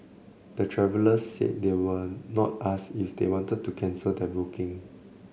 the travellers said they were not asked if they wanted to cancel their booking